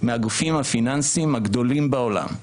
מהגופים הפיננסיים הגדולים בעולם,